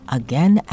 again